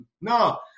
No